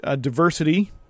diversity